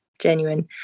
genuine